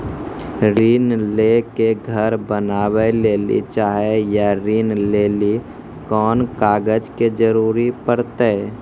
ऋण ले के घर बनावे लेली चाहे या ऋण लेली कोन कागज के जरूरी परतै?